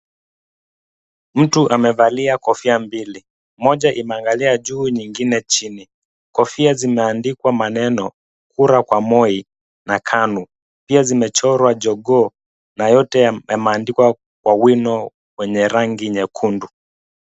Mtu amevalia kofia mbili, moja imeangalia juu nyingine chini, kofia zimeandikwa maneno kura kwa Moi na KANU, pia zimechorwa jogoo, na yote yameandikwa kwa wino wenye rangi nyekundu.